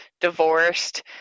divorced